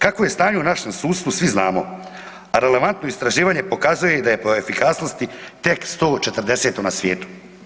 Kakvo je stanje u našem sudstvu, svi znamo, a relevantno istraživanje pokazuje da je po efikasnosti tek 140. na svijetu.